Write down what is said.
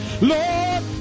Lord